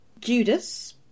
Judas